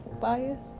bias